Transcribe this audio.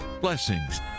blessings